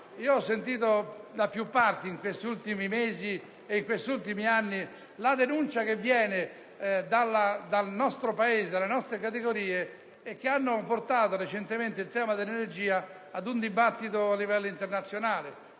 Ho sentito da più parti in questi ultimi anni e mesi la denuncia che viene dal nostro Paese e dalle categorie che hanno portato recentemente il tema dell'energia ad un dibattito a livello internazionale.